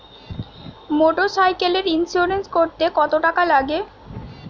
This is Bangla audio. মোটরসাইকেলের ইন্সুরেন্স করতে কত টাকা লাগে?